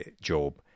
job